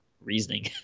reasoning